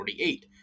1948